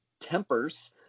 tempers